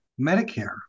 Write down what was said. Medicare